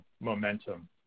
momentum